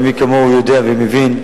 ומי כמוהו יודע ומבין,